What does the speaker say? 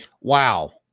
Wow